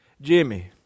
Jimmy